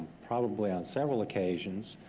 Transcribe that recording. probably on several occasions.